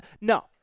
no